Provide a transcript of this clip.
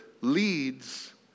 leads